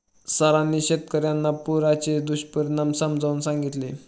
सरांनी शेतकर्यांना पुराचे दुष्परिणाम समजावून सांगितले